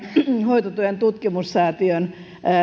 hoitotyön tutkimussäätiön